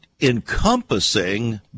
encompassing